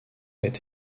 est